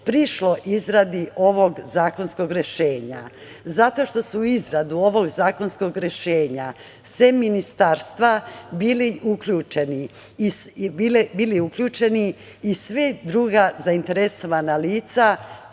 prišlo izradi ovog zakonskog rešenja, zato što su u izradu ovog zakonskog rešenja sem ministarstva bila uključena i sva druga zainteresovana lica,